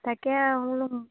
তাকে আৰু বোলোঁ